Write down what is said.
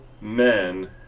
men